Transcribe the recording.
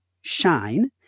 shine